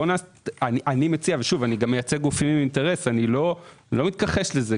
אני גם מייצג גופים עם אינטרס לא מתכחש לזה,